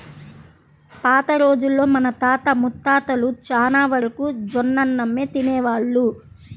పాత రోజుల్లో మన తాత ముత్తాతలు చానా వరకు జొన్నన్నమే తినేవాళ్ళు